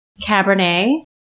Cabernet